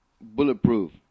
bulletproof